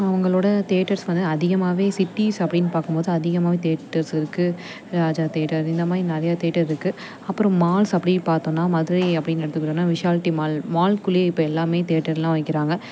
அவங்களோட தேட்டர்ஸ் வந்து அதிகமாகவே சிட்டீஸ் அப்படின்னு பார்க்கும்போது அதிகமாகவே தேட்டர்ஸ் இருக்குது ராஜா தேட்டர் இந்தமாதிரி நிறைய தேட்டர் இருக்குது அப்புறம் மால்ஸ் அப்படி பார்த்தோம்னா மதுரை அப்படின்னு எடுத்துக்கிட்டோம்னா விஷால்டி மால் மாலுக்குள்ளேயே இப்போ எல்லாம் தேட்டர்லாம் வைக்கிறாங்க